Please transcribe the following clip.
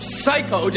psycho